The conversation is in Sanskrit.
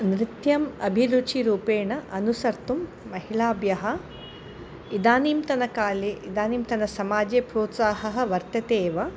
नृत्यम् अभिरुचिरूपेण अनुसर्तुं महिलाभ्यः इदानीन्तनकाले इदानीनतनसमाजे प्रोत्साहः वर्तते एव